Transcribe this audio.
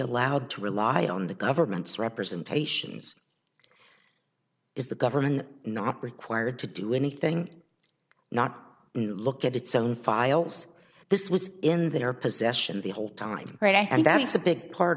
allowed to rely on the government's representations is the government not required to do anything not to look at its own files this was in their possession the whole time right and that is a big part